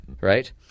right